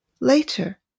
later